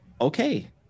okay